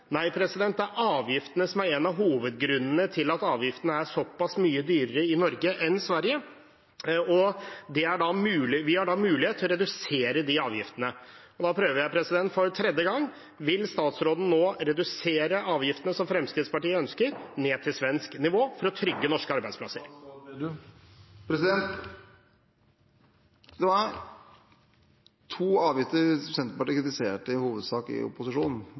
Nei, det er avgiftene som er en av hovedgrunnene til at prisene er såpass mye dyrere i Norge enn i Sverige, og vi har en mulighet til å redusere de avgiftene. Da prøver jeg for tredje gang: Vil statsråden redusere avgiftene til svensk nivå, slik Fremskrittspartiet ønsker, for å trygge norske arbeidsplasser? Det var i hovedsak to avgifter som Senterpartiet kritiserte da vi var i